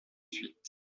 suite